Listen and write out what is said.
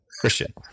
Christian